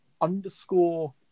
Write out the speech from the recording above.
underscore